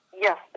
Yes